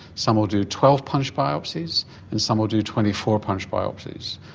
some will do twelve punch biopsies and some will do twenty-four punch biopsies.